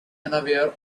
unaware